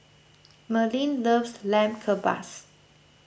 Merlyn loves Lamb Kebabs